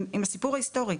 עם הסיפור ההיסטורי,